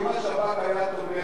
אם השב"כ היה תומך,